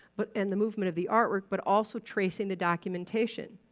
but and the movement of the artwork, but also tracing the documentation.